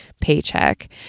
paycheck